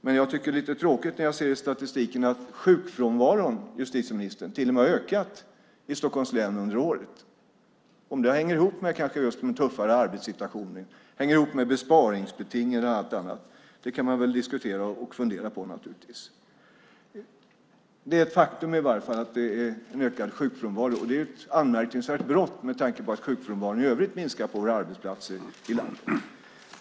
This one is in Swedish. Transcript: Men det är lite tråkigt att i statistiken se, justitieministern, att sjukfrånvaron under året till och med har ökat i Stockholms län. Om det hänger ihop med den tuffare situationen, med sparbeting och annat kan man naturligtvis diskutera och fundera på. Faktum är i varje fall att det är en ökad sjukfrånvaro. Det är ett anmärkningsvärt brott med tanke på att sjukfrånvaron i övrigt minskar på arbetsplatserna i landet.